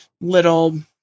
little